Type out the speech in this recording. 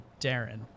Darren